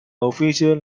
official